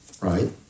right